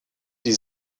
die